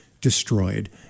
destroyed